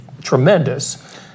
tremendous